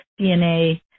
DNA